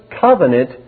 covenant